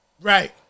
Right